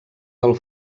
del